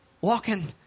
walking